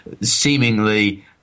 seemingly